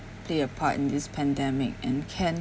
stay apart in this pandemic and can